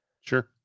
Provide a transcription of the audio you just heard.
Sure